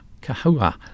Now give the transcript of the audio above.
Kahua